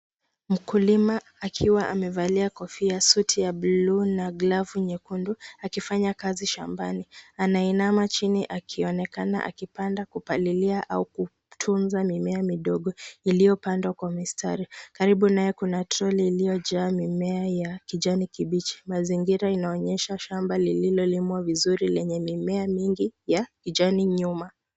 Mkulima akiwa amevalia kofia, suti ya bluu na glavu nyekundu, akifanya kazi shambani. Anainama chini akionekana akipanda, kupalilia au kutunza mimea midogo iliyopandwa kwa mistari. Karibu naye kuna troli iliyojaa mimea ya kijani kibichi. Mazingira inaonyesha shamba lililolimwa vizuri lenye mimea mingi ya kijana nyuma.